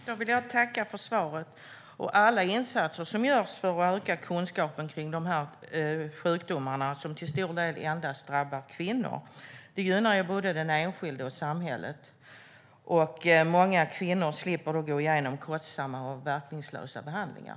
Herr talman! Jag vill tacka för svaret. Alla insatser som görs för att öka kunskapen om dessa sjukdomar, som till stor del endast drabbar kvinnor, gynnar både den enskilde och samhället. Många kvinnor slipper då gå igenom kostsamma och verkningslösa behandlingar.